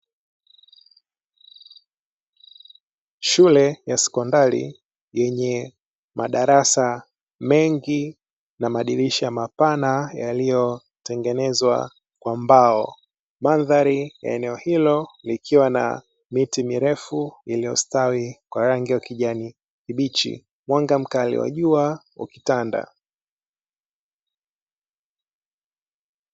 Shule ya sekondari yenye madarasa mengi na madirisha mapana yaliyotengenezwa kwa mbao, mandhari ya eneo hilo likiwa na miti mirefu iliyostawi kwa rangi ya kijani kibichi, mwanga mkali wa jua ukitanda.